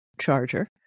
charger